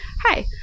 Hi